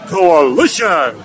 Coalition